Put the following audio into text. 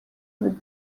with